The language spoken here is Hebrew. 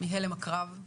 מהלם הקרב,